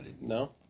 No